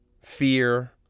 fear